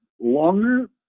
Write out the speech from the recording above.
longer